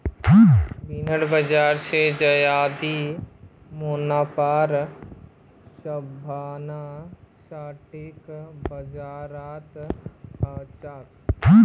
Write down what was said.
bond बाजार स ज्यादा मुनाफार संभावना स्टॉक बाजारत ह छेक